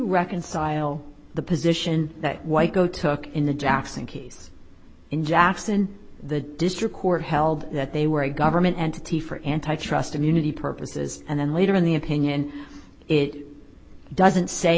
reconcile the position that white go took in the jackson case in jackson the district court held that they were a government entity for anti trust immunity purposes and then later in the opinion it doesn't say